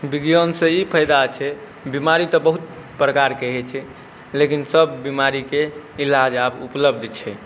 विज्ञानसँ ई फाइदा छै बेमारी तऽ बहुत प्रकारके होइ छै लेकिन सब बेमारीके इलाज आब उपलब्ध छै